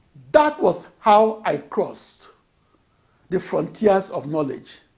that was how i crossed the frontiers of knowledge